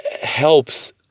helps